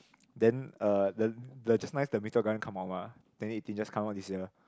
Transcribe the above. then uh the the just nice the Meteor Garden come out mah twenty eighteen just come out this year